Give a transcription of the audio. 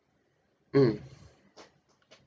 mm